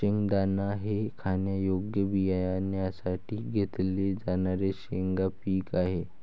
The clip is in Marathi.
शेंगदाणा हे खाण्यायोग्य बियाण्यांसाठी घेतले जाणारे शेंगा पीक आहे